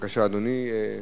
אדוני, בבקשה.